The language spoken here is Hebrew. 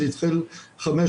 זה התחיל חמש,